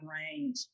range